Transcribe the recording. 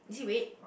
is it red